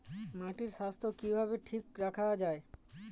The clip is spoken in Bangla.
মাটির স্বাস্থ্য কিভাবে ঠিক রাখা যায়?